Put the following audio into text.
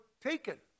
taken